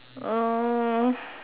uh